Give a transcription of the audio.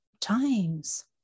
times